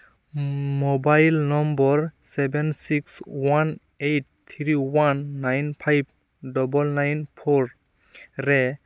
mobile number seven six one eight three one nine five double nine four ᱨᱮ